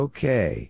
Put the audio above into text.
Okay